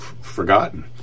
forgotten